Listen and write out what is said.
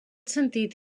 sentit